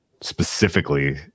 specifically